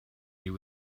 you